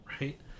Right